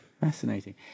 Fascinating